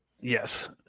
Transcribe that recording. Yes